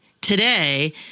today